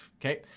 okay